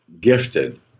gifted